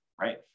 right